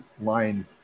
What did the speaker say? line